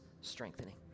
strengthening